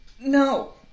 No